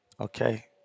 okay